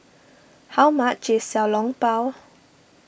how much is Xiao Long Bao